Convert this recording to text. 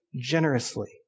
generously